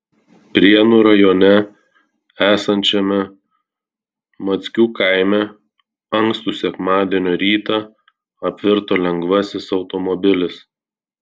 prienų rajone esančiame mackių kaime ankstų sekmadienio rytą apvirto lengvasis automobilis